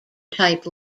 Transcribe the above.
type